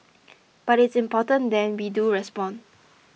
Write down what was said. but it's important that we do respond